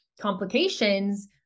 complications